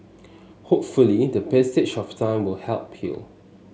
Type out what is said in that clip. hopefully the passage of time will help heal